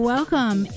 Welcome